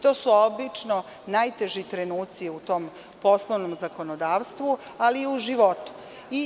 To su obično najteži trenuci u tom poslovnom zakonodavstvu, ali i u životu.